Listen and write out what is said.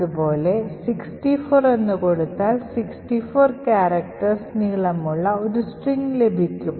അതുപോലെ 64 എന്ന് കൊടുത്താൽ 64 characters നീളമുള്ള ഒരു സ്ട്രിംഗ് ലഭിക്കും